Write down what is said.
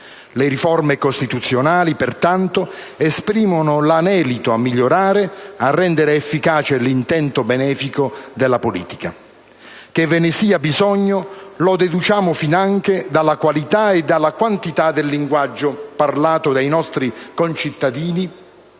Le riforme costituzionali, pertanto, esprimono l'anelito a migliorare, a rendere efficace l'intento benefico della politica. Che ve ne sia bisogno lo deduciamo finanche dalla qualità e dalla quantità del linguaggio parlato dai nostri concittadini,